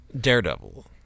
Daredevil